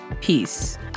Peace